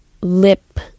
lip